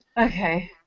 Okay